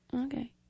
Okay